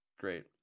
Great